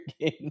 game